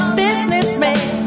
businessman